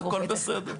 הכול בסדר.